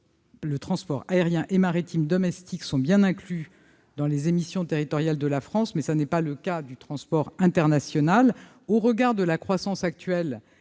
les transports aérien et maritime domestiques sont bien inclus dans les émissions territoriales de la France, mais ce n'est pas le cas du transport international. Au regard de la croissance actuelle